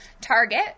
target